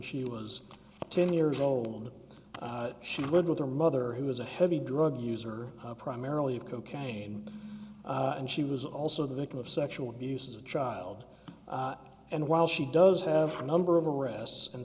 she was ten years old she lived with her mother who was a heavy drug user primarily of cocaine and she was also the victim of sexual abuse as a child and while she does have a number of arrests and